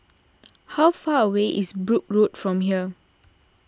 how far away is Brooke Road from here